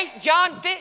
John